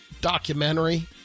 documentary